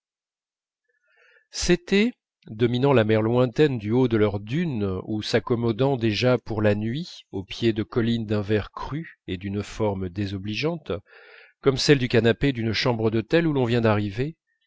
c'étaient dominant la mer lointaine du haut de leur dune ou s'accommodant déjà pour la nuit au pied de collines d'un vert cru et d'une forme désobligeante comme celle du canapé d'une chambre d'hôtel où l'on vient d'arriver